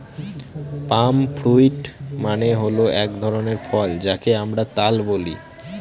পাম fruit মানে হল এক ধরনের ফল যাকে আমরা তাল বলি